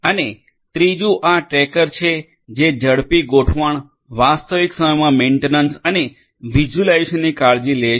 અને ત્રીજું આ ટ્રેકર છે જે ઝડપી ગોઢવણ વાસ્તવિક સમયમાં મેઇન્ટેનન્સ અને વિઝ્યુલાઇઝેશનની કાળજી લે છે